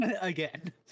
Again